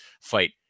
fight